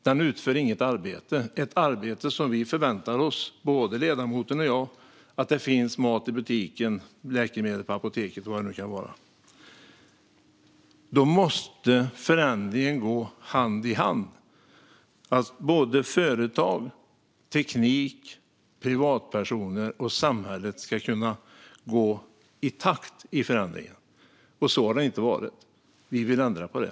Den utför inget arbete för att det ska finnas mat i butiken, läkemedel på apoteket och vad det nu kan vara, ett arbete som både jag och ledamoten och jag förväntar oss. Förändringen måste gå hand i hand. Företag, teknik, privatpersoner och samhället ska kunna gå i takt i förändringen. Så har det inte varit. Vi vill ändra på det.